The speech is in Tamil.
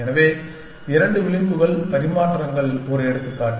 எனவே 2 விளிம்பு பரிமாற்றங்கள் ஒரு எடுத்துக்காட்டு